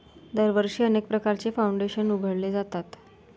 दरवर्षी अनेक प्रकारचे फाउंडेशन उघडले जातात